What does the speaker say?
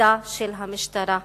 תפקידה של המשטרה.